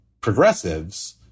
progressives